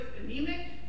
anemic